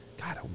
God